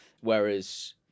Whereas